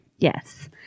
Yes